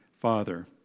Father